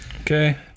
Okay